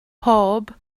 pob